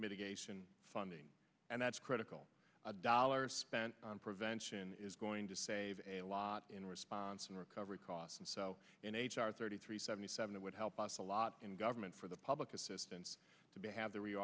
mitigation funding and that's critical dollars spent on prevention is going to save a lot in response and recovery costs and so in h r thirty three seventy seven it would help us a lot in government for the public assistance to be have the r